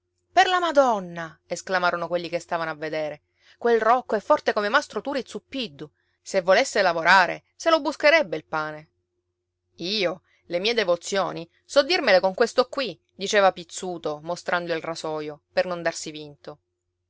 per la madonna esclamarono quelli che stavano a vedere quel rocco è forte come mastro turi zuppiddu se volesse lavorare se lo buscherebbe il pane io le mie devozioni so dirmele con questo qui diceva pizzuto mostrando il rasoio per non darsi vinto